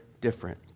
different